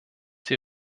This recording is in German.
die